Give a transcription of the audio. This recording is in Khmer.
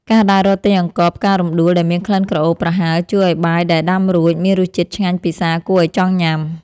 ការដើររកទិញអង្ករផ្ការំដួលដែលមានក្លិនក្រអូបប្រហើរជួយឱ្យបាយដែលដាំរួចមានរសជាតិឆ្ងាញ់ពិសាគួរឱ្យចង់ញ៉ាំ។